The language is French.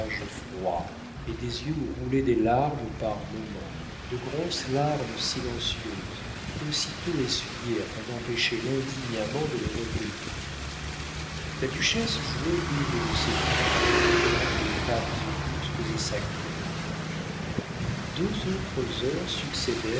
froid et des yeux où roulaient des larmes par moments de grosses larmes silencieuses aussitôt essuyées afin d'empêcher l'indigne amant de les recueillir la duchesse jouait une de ces douleurs qui rendent les femmes augustes et sacrées deux autres heures